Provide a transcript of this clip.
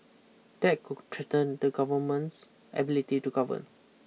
that cook threaten the government's ability to govern